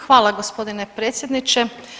Hvala gospodine predsjedniče.